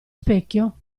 specchio